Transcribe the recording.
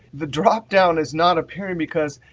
the drop down is not apparent because